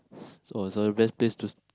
so so the best place to